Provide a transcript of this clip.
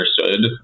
understood